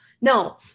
no